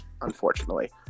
unfortunately